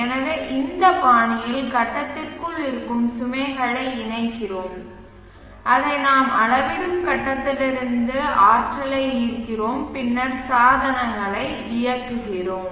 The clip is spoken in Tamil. எனவே இந்த பாணியில் கட்டத்திற்குள் இருக்கும் சுமைகளை இணைக்கிறோம் அதை நாம் அளவிடும் கட்டத்திலிருந்து சக்தியை ஈர்க்கிறோம் பின்னர் சாதனங்களை இயக்குகிறோம்